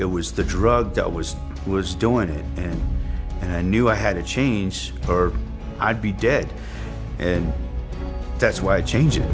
it was the drug that was who was doing it and and i knew i had to change or i'd be dead and that's why change